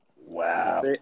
wow